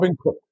Cook